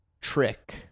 trick